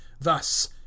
thus